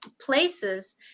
places